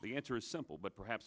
the answer is simple but perhaps